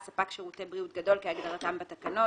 "ספק שירותי בריאות גדול"- כהגדרתם בתקנות,